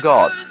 God